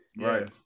right